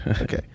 Okay